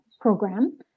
program